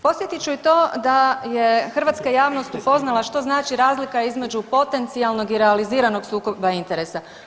Podsjetit ću i to da je hrvatska javnost upoznala što znači razlika između potencijalnog i realizirano sukoba interesa.